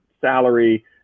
salary